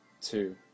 two